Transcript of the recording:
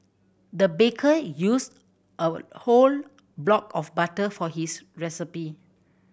the baker used a whole block of butter for his recipe